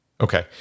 Okay